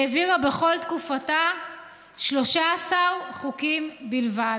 העבירה בכל תקופתה 13 חוקים בלבד.